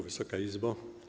Wysoka Izbo!